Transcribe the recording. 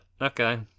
Okay